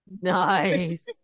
nice